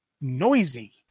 noisy